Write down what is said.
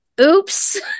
Oops